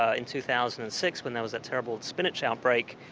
ah in two thousand and six, when there was that terrible spinach outbreak,